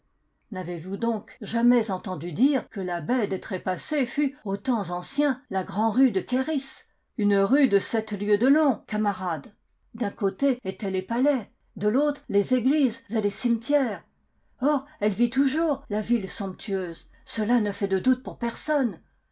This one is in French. n'avez-vous donc jamais entendu dire que la baie des trépassés fut aux temps anciens la grande rue de ker is une rue de sept lieues de long camarades d'un côté étaient les palais de l'autre les églises et les cimetières or elle vit toujours la ville somptueuse cela ne fait de doute pour personne